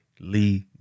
Lee